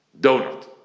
donut